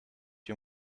you